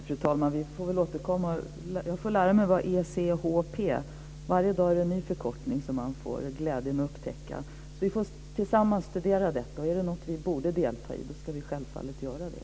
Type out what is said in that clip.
Fru talman! Vi får väl återkomma till detta, och jag får lära mig vad ECHP står för. Man får varje dag glädjen att upptäcka en ny förkortning. Vi får tillsammans studera detta, och om det är något som Sverige borde delta i, ska vi självfallet göra det.